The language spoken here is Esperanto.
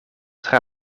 tra